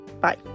bye